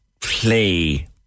play